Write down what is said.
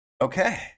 Okay